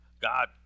God